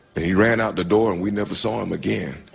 and he ran out the door and we never saw him again.